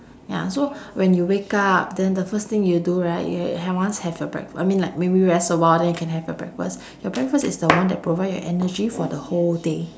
ya so when you wake up then the first thing you do right you have once have your breakfa~ I mean like maybe rest a while then you can your breakfast your breakfast is the one that provide your energy for the whole day